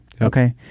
Okay